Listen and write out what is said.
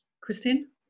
christine